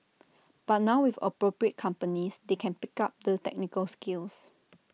but now with appropriate companies they can pick up the technical skills